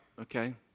Okay